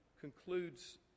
concludes